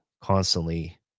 constantly